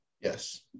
yes